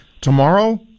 Tomorrow